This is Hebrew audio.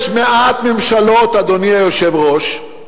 יש מעט ממשלות, אדוני היושב-ראש,